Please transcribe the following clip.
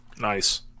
Nice